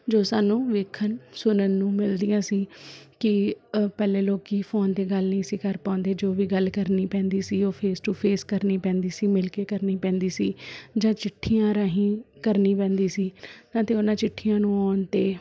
ਜੋ ਸਾਨੂੰ ਵੇਖਣ ਸੁਣਨ ਨੂੰ ਮਿਲਦੀਆਂ ਸੀ ਕਿ ਪਹਿਲੇ ਲੋਕ ਫ਼ੋਨ 'ਤੇ ਗੱਲ ਨਹੀਂ ਸੀ ਕਰ ਪਾਉਂਦੇ ਜੋ ਵੀ ਗੱਲ ਕਰਨੀ ਪੈਂਦੀ ਸੀ ਉਹ ਫੇਸ ਟੂ ਫੇਸ ਕਰਨੀ ਪੈਂਦੀ ਸੀ ਮਿਲਕੇ ਕਰਨੀ ਪੈਂਦੀ ਸੀ ਜਾਂ ਚਿੱਠੀਆਂ ਰਾਹੀਂ ਕਰਨੀ ਪੈਂਦੀ ਸੀ ਹਾਂ ਅਤੇ ਉਹਨਾਂ ਚਿੱਠੀਆਂ ਨੂੰ ਆਉਣ 'ਤੇ